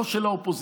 לא של האופוזיציה,